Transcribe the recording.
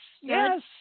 yes